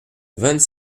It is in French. vingt